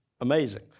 amazing